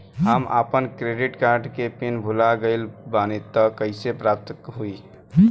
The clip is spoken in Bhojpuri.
हम आपन क्रेडिट कार्ड के पिन भुला गइल बानी त कइसे प्राप्त होई?